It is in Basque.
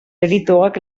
delituak